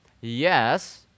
Yes